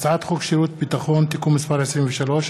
הצעת חוק שירות ביטחון (תיקון מס' 23),